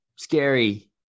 Scary